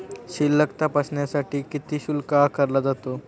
शिल्लक तपासण्यासाठी किती शुल्क आकारला जातो?